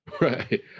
Right